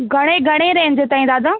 घणे घणे रेंज ताईं दादा